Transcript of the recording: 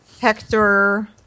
Hector